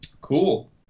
cool